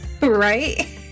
right